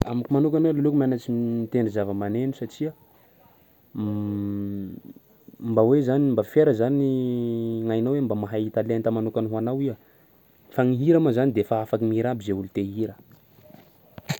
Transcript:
Amiko manokana aleoko mianatry mitendry zavamaneno satsia mba hoe zany mba fiera zany ny gn'ainao hoe mba mahay talenta manokana ho anao iha fa ny hira moa zany de fa afaky mihira aby zay olo te hihira.